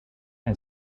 and